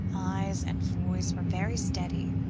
eyes and voice were very steady.